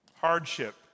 hardship